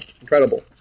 Incredible